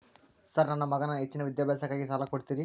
Sir ನನ್ನ ಮಗನ ಹೆಚ್ಚಿನ ವಿದ್ಯಾಭ್ಯಾಸಕ್ಕಾಗಿ ಸಾಲ ಕೊಡ್ತಿರಿ?